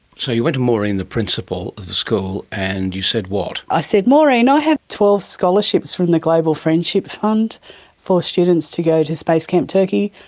so you went to maureen, the principal of the school, and you said, what? i said, maureen, i have twelve scholarships from the global friendship fund for students to go to space camp turkey,